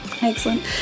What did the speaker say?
excellent